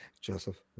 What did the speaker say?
Joseph